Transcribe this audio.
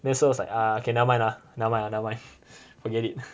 then sir was like ah okay nevermind lah nevermind ah nevermind